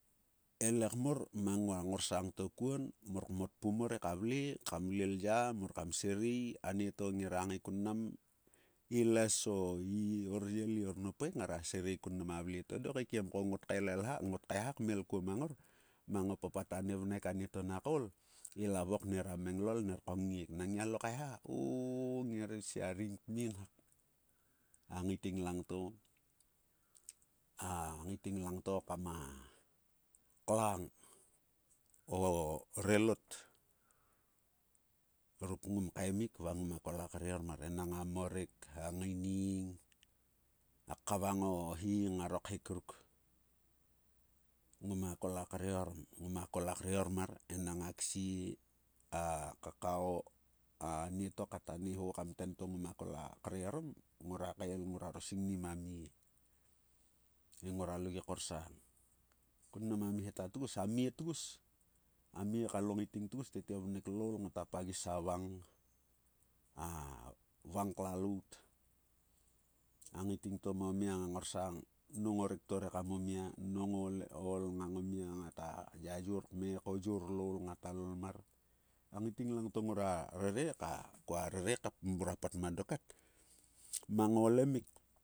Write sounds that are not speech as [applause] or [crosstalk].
Tekam vrua pupunpa kngae ko mnam kuaro rengmat akuruk o kotok ko kuaro valngan ngta vle enang oguo mlat, kumou, makuo mvatvat, o ngmakun maeil, ko dok kua rengmat ta vle mopgek. He ngorle kpupunpa koma pupunpa tok, kua vok kam mrer he dok kmeknik pis, to ngor kat kaelha pum kuaro kut reha ruk kom kaeharmar mo kolkhek tgus enang nangga ko kua havae, te koma hop marot, a kolkha to nam regia hur, kom hera ktar kam gohe. Koma go kserpak, o nguare kpilim te kua vok ta [hesitation] roro, ngor kael aye oguo kia paei, ka eivie, kser pak kua vok naka kop pet to [hesitation] kom hera prik mo reha. Vanang kua havae kngae mang tok, mang o reha ruk mor kam vle kaeharmar. Tete kat, kun mnam a [hesitation] kolkha kenho, endruk ten, tete ngota ngaekun mna mar, ngatlua hoke. Ngat gia kokon. Ngat gia kokon. Ekam tok, ngora kaeha kaikiem o kolkhek va akolkha ka kek ta sap kngae tok, ngara kaeha. Ngora logi korsang e, ngora kaeha kam vanker ngua ngorsang va kam. [hesitation]